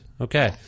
okay